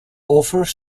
offers